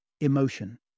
emotion